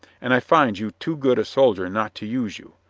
and i find you too good a soldier not to use you.